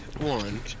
one